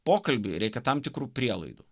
pokalbiui reikia tam tikrų prielaidų